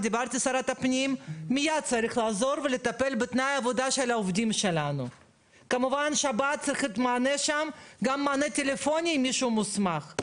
יש כאלו שמבקשות איזשהו אישור מרשות האוכלוסין